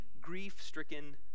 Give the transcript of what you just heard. grief-stricken